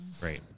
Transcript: Great